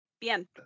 bien